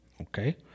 Okay